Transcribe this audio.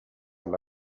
alla